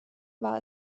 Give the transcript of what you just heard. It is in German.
war